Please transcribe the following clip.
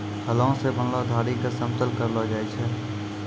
हलो सें बनलो धारी क समतल करलो जाय छै?